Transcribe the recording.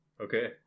okay